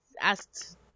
asked